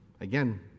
Again